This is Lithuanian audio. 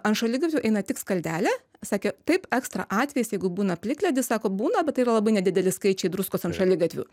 ant šaligatvių eina tik skaldelė sakė taip ekstra atvejais jeigu būna plikledis sako būna bet tai yra labai nedideli skaičiai druskos ant šaligatvių